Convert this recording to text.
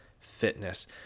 fitness